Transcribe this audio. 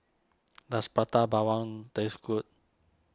does Prata Bawang taste good